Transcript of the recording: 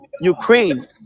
Ukraine